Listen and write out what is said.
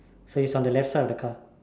so is on the left side of the car